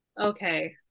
Okay